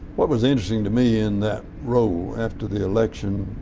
what was interesting to me in that role after the election,